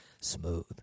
Smooth